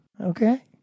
Okay